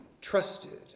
trusted